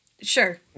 Sure